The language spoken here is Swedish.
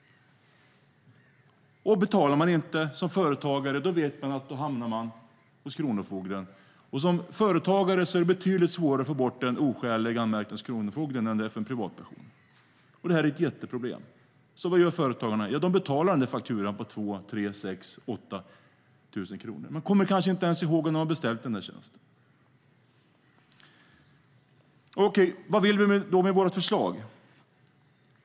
Betalar man inte som företagare vet man att man hamnar hos Kronofogden, och som företagare är det betydligt svårare att få bort en oskälig anmärkning hos Kronofogden än vad det är för en privatperson. Det här är ett jätteproblem, så vad gör företagarna? De betalar den där fakturan på ett antal tusen kronor. Man kommer kanske inte ens ihåg om man har beställt tjänsten eller inte. Vad vill vi då med vårt förslag?